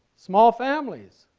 small families,